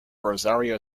rosario